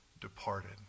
departed